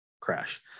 crash